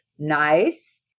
Nice